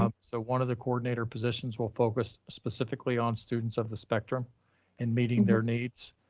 um so one of the coordinator positions will focus specifically on students of the spectrum and meeting their needs.